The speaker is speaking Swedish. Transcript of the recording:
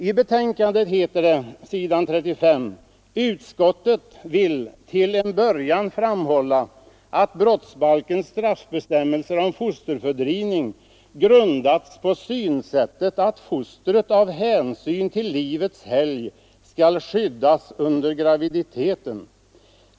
I betänkandet heter det på s. 35: ”Utskottet vill till en början framhålla att brottsbalkens straffbestämmelser om fosterfördrivning grundats på synsättet att fostret av hänsyn till livets helgd skall skyddas under graviditeten.